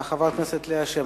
חברת הכנסת ליה שמטוב.